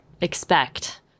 expect